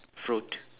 fruit